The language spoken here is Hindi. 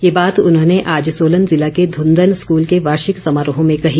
ये बात उन्होंने आज सोलन जिला के धन्दन स्कूल के वार्षिक समारोह में कही